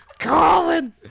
Colin